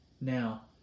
Now